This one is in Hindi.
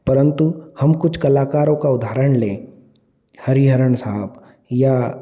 परंतु हम कुछ कलाकारों का उदारहण लें हरिहरन साहब या